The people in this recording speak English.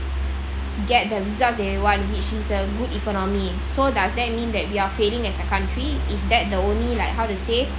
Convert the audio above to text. get the result that they want which is a good economy so does that mean that we are failing as a country is that the only like how to say